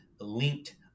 linked